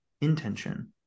intention